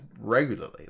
regularly